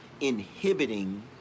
inhibiting